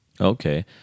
okay